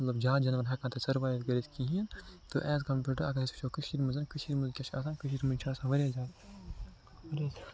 مطلب زیادٕ جاناوَار ہٮ۪کان تَتہِ سٕروایِو کٔرِتھ تَتہِ کِہیٖنۍ تہٕ اٮ۪ز کَمپٲڈ ٹُو اَگر أسۍ وُچھٕو کٔشیٖرِ منٛز کٔشیٖرِ منٛز کیٛاہ چھِ آسان کٔشیٖرِ منٛز چھِ آسان واریاہ زیادٕ